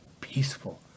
peaceful